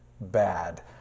bad